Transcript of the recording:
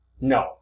No